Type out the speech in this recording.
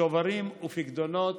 שוברים ופיקדונות